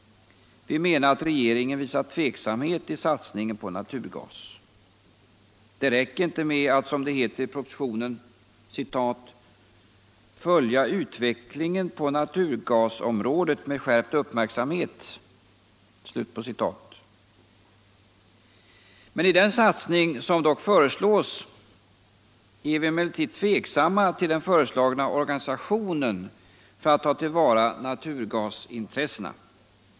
Vi menar att regeringen visat tveksamhet i satsningen på naturgas. Det räcker inte med att, som det heter i propositionen, ”följa utvecklingen på naturgasområdet med skärpt uppmärksamhet”. I den satsning som dock föreslås är vi emellertid tveksamma till den föreslagna organisationen för att ta till vara naturgasintressena.